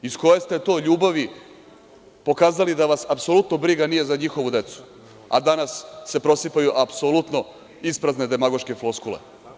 Iz koje ste to ljubavi pokazali da vas apsolutno briga nije za njihovu decu, a danas se prosipaju apsolutno isprazne demagoške floskule?